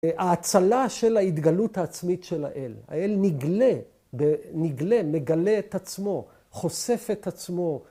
‫האצלה של ההתגלות העצמית ‫של האל. ‫האל נגלה, מגלה את עצמו, ‫חושף את עצמו.